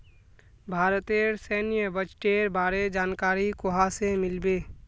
भारतेर सैन्य बजटेर बारे जानकारी कुहाँ से मिल बे